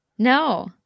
No